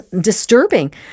disturbing